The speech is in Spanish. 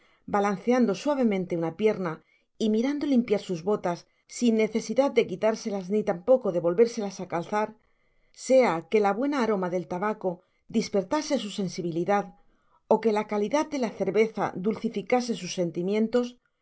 balanceando suavemente una pierna y mirando limpiar sus botas sin necesidad de quitárselas ni tampoco de volvérselas á calzar sea que la buena aroma del tabaco dispertase su sensibilidad ó que la calidad de la cerveza dulcificase sus